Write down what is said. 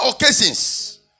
occasions